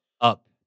up